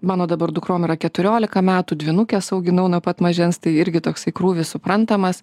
mano dabar dukrom yra keturiolika metų dvynukes auginau nuo pat mažens tai irgi toksai krūvis suprantamas